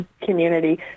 Community